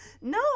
no